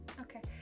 Okay